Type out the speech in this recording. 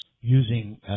using